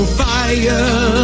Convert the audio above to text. fire